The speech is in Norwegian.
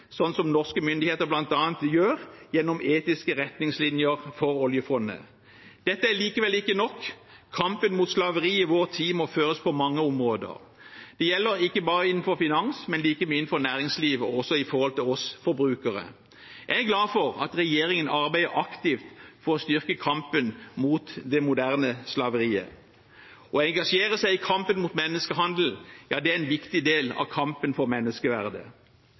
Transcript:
sånn som norske myndigheter bl.a. gjør gjennom etiske retningslinjer for oljefondet. Dette er likevel ikke nok. Kampen mot slaveri i vår tid må føres på mange områder. Det gjelder ikke bare innenfor finans, men like mye innenfor næringslivet – og også for oss forbrukere. Jeg er glad for at regjeringen arbeider aktivt for å styrke kampen mot det moderne slaveriet. Å engasjere seg i kampen mot menneskehandel er en viktig del av kampen for menneskeverdet.